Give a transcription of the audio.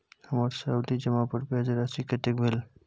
हमर सावधि जमा पर ब्याज राशि कतेक भेल?